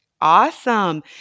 Awesome